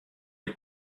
les